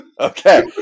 Okay